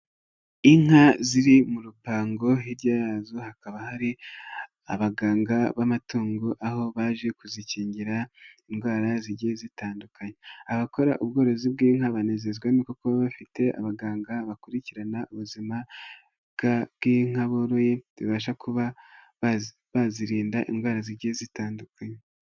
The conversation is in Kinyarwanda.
Inka ziri mu rupango, hirya yazo hakaba hari abaganga b'amatungo, aho baje kuzikingira indwara zigiye zitandukanye, abakora ubworozi bw'inka banezezwa no kuba bafite abaganga bakurikirana ubuzima bw'inka boroye, babasha kuba bazirinda indwara zigiye zitandukanye.